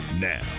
Now